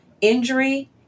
injury